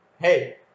Hey